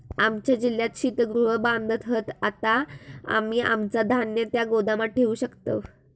आमच्या जिल्ह्यात शीतगृह बांधत हत, आता आम्ही आमचा धान्य त्या गोदामात ठेवू शकतव